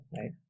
right